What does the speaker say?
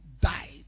died